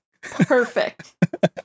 perfect